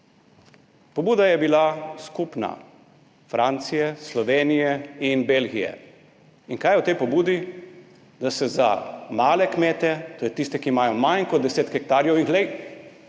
Pobuda je bila skupna Francije, Slovenije in Belgije. In kaj je v tej pobudi? Da se za male kmete, to je tiste, ki imajo manj kot deset hektarjev …